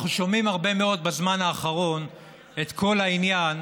אנחנו שומעים הרבה מאוד בזמן האחרון את כל העניין